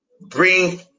bring